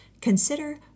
consider